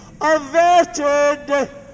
averted